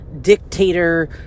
dictator